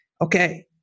Okay